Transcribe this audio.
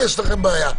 יש לכם בעיה.